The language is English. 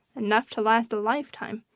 enough to last a lifetime.